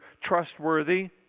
trustworthy